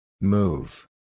Move